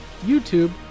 YouTube